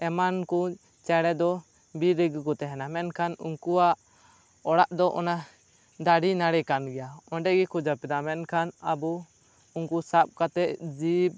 ᱮᱢᱟᱱ ᱠᱚ ᱪᱮᱬᱮ ᱫᱚ ᱵᱤᱨ ᱨᱮᱜᱮ ᱠᱚ ᱛᱟᱦᱮᱱᱟ ᱢᱮᱱᱠᱷᱟᱱ ᱩᱱᱠᱩᱭᱟᱜ ᱚᱲᱟᱜ ᱫᱚ ᱚᱱᱟ ᱫᱟᱨᱮ ᱱᱟᱹᱲᱤ ᱠᱟᱱ ᱜᱮᱭᱟ ᱚᱸᱰᱮ ᱜᱮᱠᱚ ᱡᱟᱹᱯᱤᱫᱟ ᱢᱮᱱᱠᱷᱟᱱ ᱟᱵᱚ ᱩᱱᱠᱩ ᱥᱟᱵ ᱠᱟᱛᱮᱜ ᱡᱤᱵᱽ